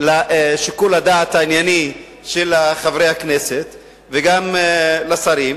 לשיקול הדעת הענייני של חברי הכנסת וגם של השרים.